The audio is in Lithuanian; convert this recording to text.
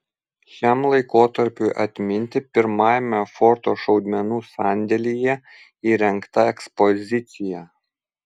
šiam laikotarpiui atminti pirmajame forto šaudmenų sandėlyje įrengta ekspozicija